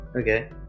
Okay